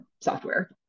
software